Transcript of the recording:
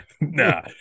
Nah